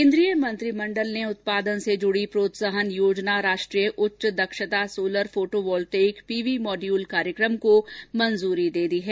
केंद्रीय मंत्रिमंडल ने उत्पादन से जुड़ी प्रोत्साहन योजना राष्ट्रीय उच्च दक्षता solar photovoltaic PV module कार्यक्रम को मंजूरी दे दी है